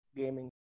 gaming